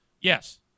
Yes